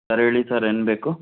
sir ಹೇಳಿ sir ಏನು ಬೇಕು